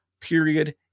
period